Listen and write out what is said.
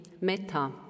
meta